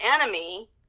enemy